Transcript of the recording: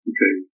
Okay